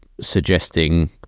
suggesting